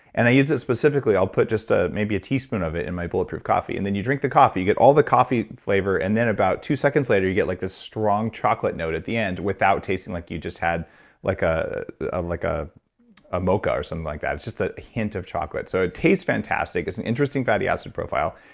and i use it specifically. i'll put just ah maybe a teaspoon of it in my bulletproof coffee and then you drink the coffee. you get all the coffee flavor and then about two seconds later, you get like this strong chocolate note at the end without tasting like you just had like a a like ah mocha or something like that. it's just a hint of chocolate. so it tastes fantastic. it's an interesting fatty acid profile.